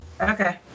Okay